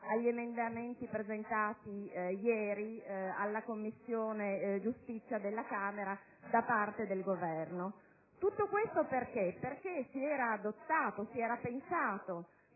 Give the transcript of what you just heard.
agli emendamenti presentati ieri alla Commissione giustizia della Camera da parte del Governo). Tutto questo perché? Si era pensato